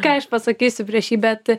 ką aš pasakysiu prieš jį bet